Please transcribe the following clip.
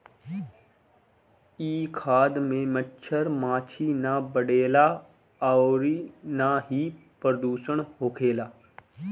इ खाद में मच्छर माछी ना बढ़ेला अउरी ना ही प्रदुषण होखेला